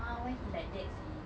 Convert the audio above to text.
ah why he like that seh